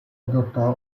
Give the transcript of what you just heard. adottò